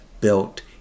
built